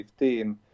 2015